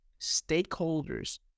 stakeholders